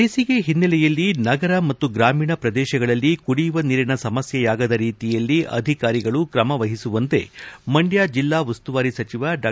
ಬೇಸಿಗೆ ಹಿನ್ನಲೆಯಲ್ಲಿ ನಗರ ಮತ್ತು ಗ್ರಾಮೀಣ ಪ್ರದೇಶದಲ್ಲಿ ಕುಡಿಯುವ ನೀರಿಗೆ ಸಮಸ್ಥೆಯಾಗದ ರೀತಿಯಲ್ಲಿ ಅಧಿಕಾರಿಗಳು ತ್ರಮ ವಹಿಸುವಂತೆ ಮಂಡ್ಕ ಜಿಲ್ಲಾ ಉಸ್ತುವಾರಿ ಸಚಿವ ಡಾ